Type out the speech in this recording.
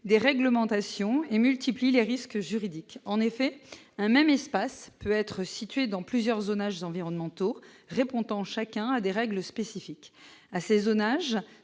déréglementation et multiplie les risques juridiques en effet un même espace peut être situés dans plusieurs hommages environnementaux répond en chacun a des règles spécifiques assez zonage